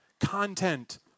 content